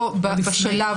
לא בשלב